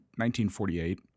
1948